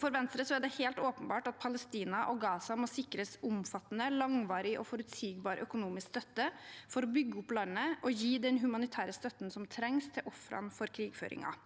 For Venstre er det helt åpenbart at Palestina og Gaza må sikres omfattende, langvarig og forutsigbar økonomisk støtte for å bygge opp landet og gi den humanitære støtten som trengs til ofrene for krigføringen.